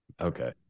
Okay